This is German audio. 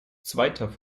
zweiter